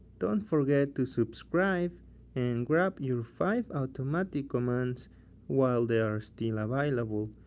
don't forget to subscribe and grab your five automatic commands while they are still available.